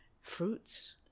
fruits